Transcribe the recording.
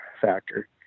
factor